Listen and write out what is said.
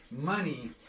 money